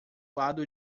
lado